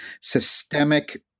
systemic